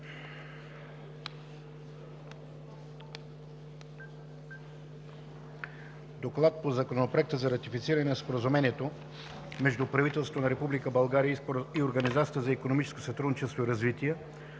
по-рано днес Закон за ратифициране на Споразумението между правителството на Република България и Организацията за икономическо сътрудничество и развитие,